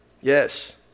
Yes